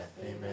Amen